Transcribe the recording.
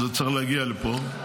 זה צריך להגיע לפה.